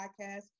podcast